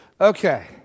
Okay